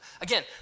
Again